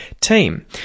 team